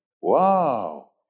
Wow